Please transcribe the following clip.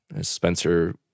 Spencer